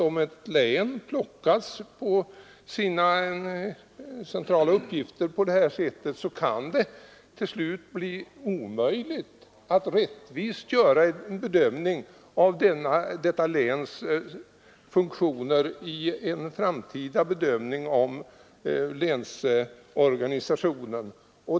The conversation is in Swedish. Om ett län plockas på sina centrala uppgifter på detta sätt kan det till slut bli omöjligt att göra en rättvis värdering av detta läns funktion i en framtida bedömning av länsorganisationen.